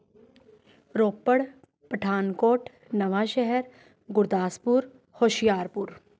Ropar Pathankot Nawanshahr Gurdaspur Hoshiarpur